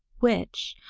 which,